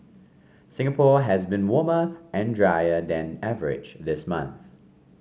Singapore has been warmer and drier than average this month